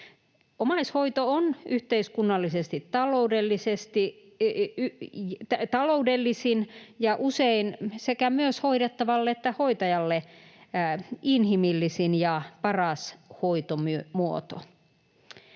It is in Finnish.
Omaishoito on yhteiskunnallisesti taloudellisin ja usein myös sekä hoidettavalle että hoitajalle inhimillisin ja paras hoitomuoto.